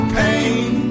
pain